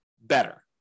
better